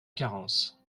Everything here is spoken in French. carence